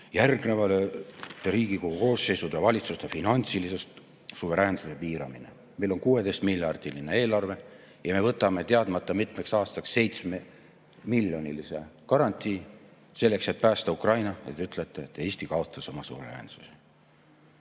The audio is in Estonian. järgnevate Riigikogu koosseisude ja valitsuste finantsilise suveräänsuse piiramine." Meil on 16-miljardiline eelarve ja me võtame teadmata mitmeks aastaks 7-miljonilise garantii selleks, et päästa Ukraina. Te ütlete, et Eesti kaotas oma suveräänsuse.